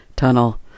tunnel